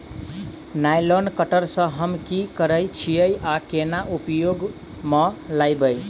Nylon cutter सँ हम की करै छीयै आ केना उपयोग म लाबबै?